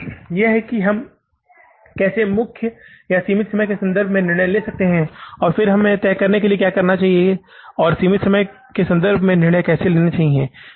तो यह है कि हम कैसे इस मुख्य या सीमित कारक के संबंध में निर्णय ले सकते हैं और फिर यह तय करने के लिए कि क्या किया जाना चाहिए और सीमित कारकों के संबंध में निर्णय कैसे लेना चाहिए